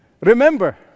Remember